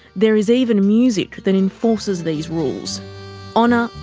there is even music that enforces these rules honour,